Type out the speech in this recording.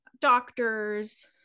doctors